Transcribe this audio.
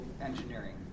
engineering